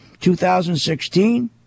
2016